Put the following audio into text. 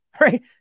right